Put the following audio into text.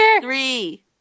Three